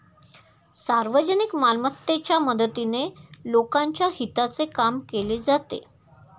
सार्वजनिक मालमत्तेच्या मदतीने लोकांच्या हिताचे काम केले जाते